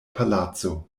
palaco